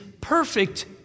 perfect